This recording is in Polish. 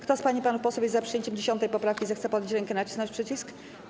Kto z pań i panów posłów jest za przyjęciem 10. poprawki, zechce podnieść rękę i nacisnąć przycisk.